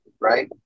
right